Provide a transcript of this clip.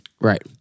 Right